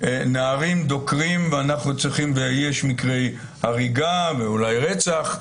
נערים דוקרים ואנחנו צריכים ויש מקרי הריגה ואולי רצח,